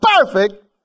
perfect